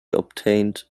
obtained